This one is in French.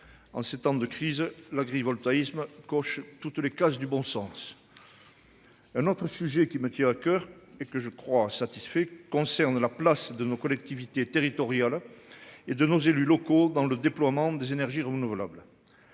en ces temps de crise. L'agrivoltaïsme coche toutes les cases du bon sens. Un autre sujet qui me tient à coeur et que je crois satisfaits concerne la place de nos collectivités territoriales et de nos élus locaux dans le déploiement des énergies renouvelables.